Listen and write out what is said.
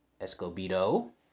Escobedo